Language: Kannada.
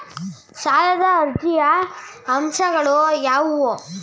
ಸಾಲದ ಅರ್ಜಿಯ ಅಂಶಗಳು ಯಾವುವು?